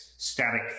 static